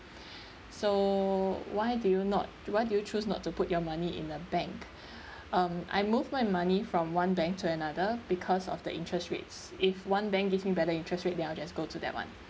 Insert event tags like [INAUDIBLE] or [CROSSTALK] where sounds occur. [BREATH] so why do you not why do you choose not to put your money in the bank [BREATH] um I move my money from one bank to another because of the interest rates if one bank gives me better interest rate then I'll just go to that [one]